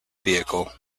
vehicle